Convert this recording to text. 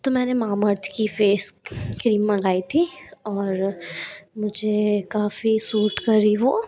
तो मैंने मामर्थ की फेस क्रीम मंगाई थी और मुझे काफ़ी सूट करी वो